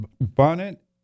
Bonnet